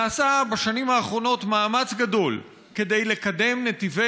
נעשה בשנים האחרונות מאמץ גדול לקדם נתיבי